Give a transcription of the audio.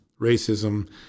racism